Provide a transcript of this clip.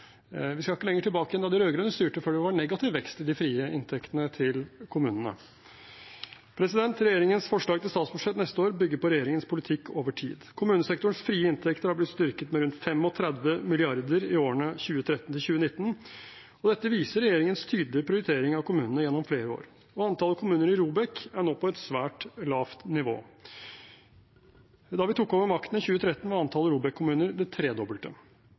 Vi skal ikke lenger tilbake enn til da de rød-grønne styrte før det var negativ vekst i de frie inntektene til kommunene. Regjeringens forslag til statsbudsjett neste år bygger på regjeringens politikk over tid. Kommunesektorens frie inntekter har blitt styrket med rundt 35 mrd. kr i årene 2013–2019, og dette viser regjeringens tydelige prioritering av kommunene gjennom flere år. Antall kommuner i ROBEK er nå på et svært lavt nivå. Da vi tok over makten i 2013, var antallet ROBEK-kommuner det tredobbelte.